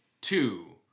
two